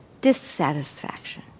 dissatisfaction